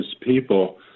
people